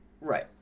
Right